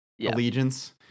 allegiance